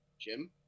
Jim